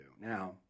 Now